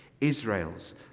Israel's